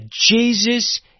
Jesus